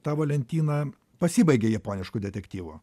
tavo lentyna pasibaigė japonišku detektyvu